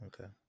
okay